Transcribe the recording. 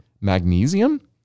magnesium